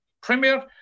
Premier